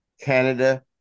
Canada